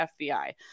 FBI